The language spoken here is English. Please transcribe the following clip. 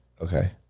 Okay